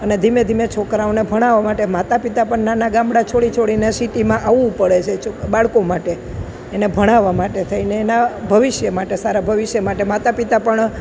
અને ધીમે ધીમે છોકરાઓને ભણાવવા માટે માતા પિતા પણ નાનાં ગામડાં છોડી છોડીને સીટીમાં આવવું પડે છે બાળકો માટે એને ભણાવવા માટે થઇને એનાં ભવિષ્ય માટે સારા ભવિષ્ય માટે માતા પિતા પણ